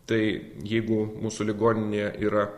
tai jeigu mūsų ligoninėje yra